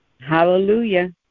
hallelujah